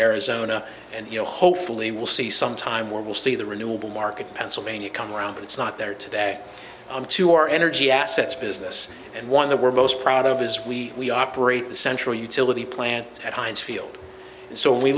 arizona and you know hopefully we'll see some time where we'll see the renewable market pennsylvania come around it's not there today on to our energy assets business and one that we're most proud of is we we operate the central utility plant at heinz field so we